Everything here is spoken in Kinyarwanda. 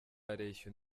areshya